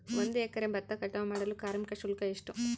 ಒಂದು ಎಕರೆ ಭತ್ತ ಕಟಾವ್ ಮಾಡಲು ಕಾರ್ಮಿಕ ಶುಲ್ಕ ಎಷ್ಟು?